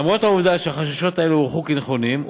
למרות העובדה שהחששות האלה הוכחו כנכונים,